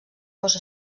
fos